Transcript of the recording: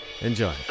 enjoy